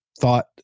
thought